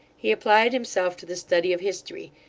he applied himself to the study of history,